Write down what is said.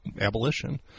abolition